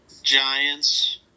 Giants